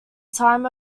time